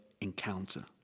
encounter